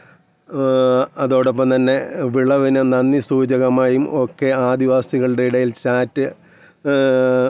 അവക്ക് അതിൽ തോന്നിയ മീനിങ്ങെന്താണെന്ന് അവളിങ്ങനെ പിക്ച്ചർ കണ്ടിട്ടവക്കു തോന്നിയ കാര്യം അവളിങ്ങോട്ടു പറഞ്ഞായിരുന്നു